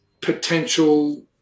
potential